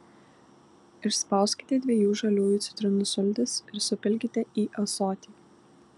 išspauskite dviejų žaliųjų citrinų sultis ir supilkite į ąsotį